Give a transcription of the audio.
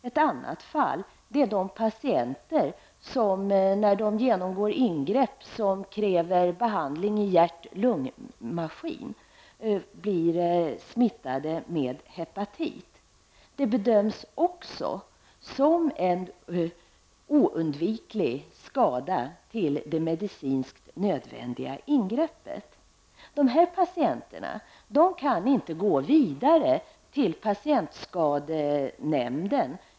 Ett annat exempel är de patienter som vid ingrepp som kräver behandling med hjärt-lung-maskin blir smittade och får hepatit. Detta bedöms också som en oundviklig skada på grund av det medicinskt nödvändiga ingreppet. Dessa patienter kan inte gå vidare till patientskadenämnden.